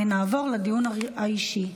נעבור לדיון האישי.